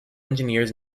engineers